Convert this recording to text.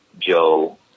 Joe